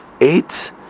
eight